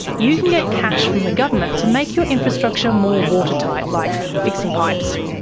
you can get cash from the government to make your infrastructure more watertight, like fixing pipes.